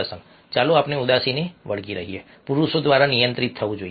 ચાલો આપણે ઉદાસીને વળગી રહીએ પુરુષો દ્વારા નિયંત્રિત થવું જોઈએ